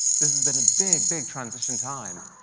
this has been a big, big transition time,